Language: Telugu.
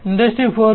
ఇండస్ట్రీ 4